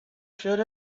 should